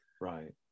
right